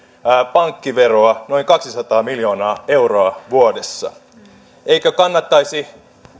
pankkiveroa noin kaksisataa miljoonaa euroa vuodessa eikö kannattaisi